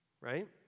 right